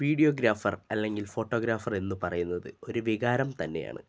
videographer അല്ലെങ്കിൽ ഫോട്ടോഗ്രാഫറെന്നു പറയുന്നത് ഒരു വികാരം തന്നെയാണ്